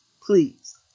Please